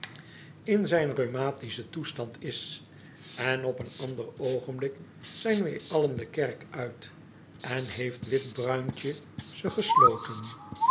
in zijn rheumatischen toestand is en op een ander oogenblik zijn wij allen de kerk uit en heeft wit bruintje ze gesloten